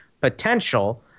potential